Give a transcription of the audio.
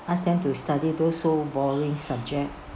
ask them to study those so boring subject